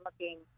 looking